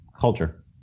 culture